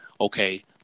okay